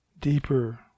deeper